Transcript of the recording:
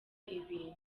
ibintu